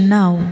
now